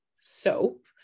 soap